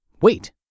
wait